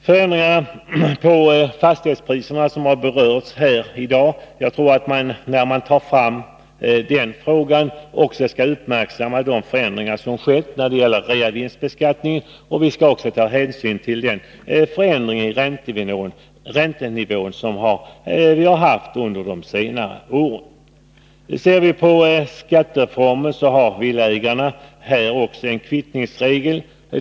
Förändringarna i fråga om fastighetspriserna har berörts här i dag. Jag tror att när man tar fram den frågan skall man också uppmärksamma de förändringar som skett när det gäller reavinstbeskattningen. Vi skall också ta hänsyn till den förändring i räntenivån som vi har haft under de senare åren. Också för villaägarna gäller en kvittningsregel.